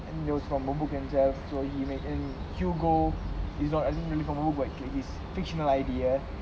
and those from notebook itself so he made err hugo it's not I think it's his fictional idea